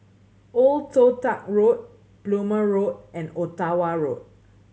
Old Toh Tuck Road Plumer Road and Ottawa Road